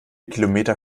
kilometer